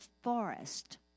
forest